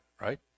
right